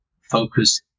focus